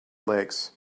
lakes